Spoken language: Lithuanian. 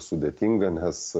sudėtinga nes